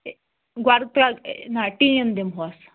گۄڈٕ ترٛ نہ ٹیٖن دِمہوس